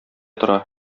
тора